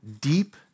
deep